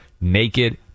naked